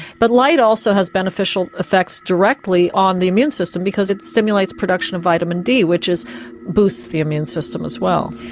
but light also has beneficial effects directly on the immune system because it stimulates production of vitamin d which boosts the immune system as well.